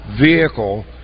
vehicle